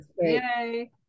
Yay